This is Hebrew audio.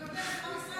אני אוותר?